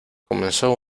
comenzó